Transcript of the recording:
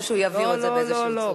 או שהוא יעביר את זה באיזו צורה?